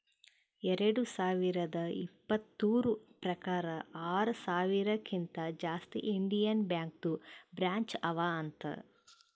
ಎರಡು ಸಾವಿರದ ಇಪ್ಪತುರ್ ಪ್ರಕಾರ್ ಆರ ಸಾವಿರಕಿಂತಾ ಜಾಸ್ತಿ ಇಂಡಿಯನ್ ಬ್ಯಾಂಕ್ದು ಬ್ರ್ಯಾಂಚ್ ಅವಾ ಅಂತ್